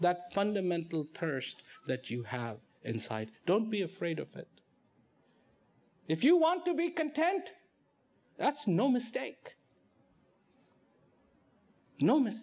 that fundamental person that you have inside don't be afraid of it if you want to be content that's no mistake no m